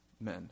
men